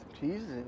Jesus